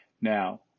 Now